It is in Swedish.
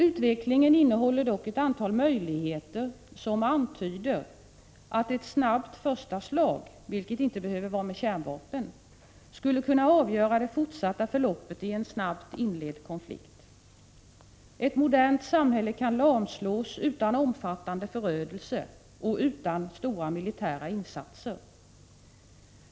Utvecklingen innehåller dock ett antal möjligheter som antyder att ett snabbt första slag — vilket inte behöver vara med kärnvapen — skulle kunna avgöra det fortsatta förloppet i en snabbt inledd konflikt. Ett modernt samhälle kan lamslås utan omfattande förödelse och utan stora militära insatser.